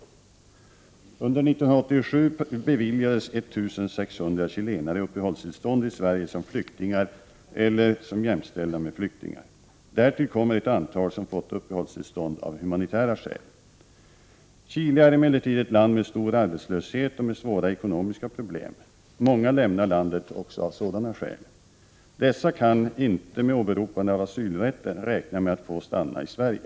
Under år 1987 beviljades 1 600 chilenare uppehållstillstånd i Sverige som flyktingar eller som jämställda med flyktingar. Därtill kommer ett antal som fått uppehållstillstånd av humanitära skäl. Chile är emellertid ett land med stor arbetslöshet och med svåra ekonomiska problem. Många lämnar landet också av sådana skäl. Dessa kan inte med åberopande av asylrätten räkna med att få stanna i Sverige.